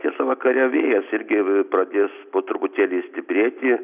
tiesa vakare vėjas irgi pradės po truputėlį stiprėti